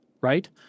right